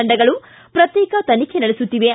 ತಂಡಗಳು ಪ್ರತ್ತೇಕ ತನಿಖೆ ನಡೆಸುತ್ತಿವೆ